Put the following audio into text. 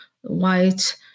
white